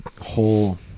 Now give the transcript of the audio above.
whole